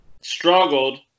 struggled